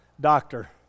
Doctor